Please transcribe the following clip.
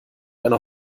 eine